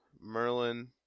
Merlin